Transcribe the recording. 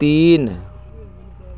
तीन